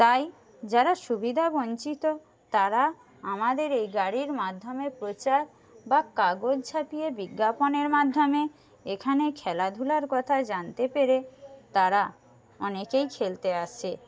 তাই যারা সুবিধা বঞ্চিত তারা আমাদের এই গাড়ির মাধ্যমে প্রচার বা কাগজ ছাপিয়ে বিজ্ঞাপনের মাধ্যমে এখানে খেলাধুলার কথা জানতে পেরে তারা অনেকেই খেলতে আসে